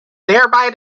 thereby